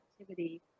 activity